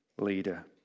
leader